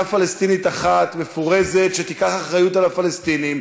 פלסטינית אחת מפורזת שתיקח אחריות על הפלסטינים,